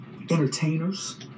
entertainers